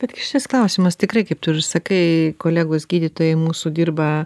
tad šis klausimas tikrai kaip tu ir sakai kolegos gydytojai mūsų dirba